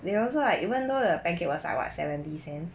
they also like even though the pancake was what seventy cents